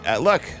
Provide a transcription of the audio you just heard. Look